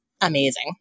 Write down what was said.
amazing